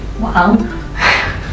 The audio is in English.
Wow